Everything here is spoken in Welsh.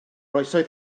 oesoedd